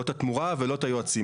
לא את התמורה ולא את היועצים.